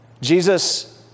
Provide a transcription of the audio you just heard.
Jesus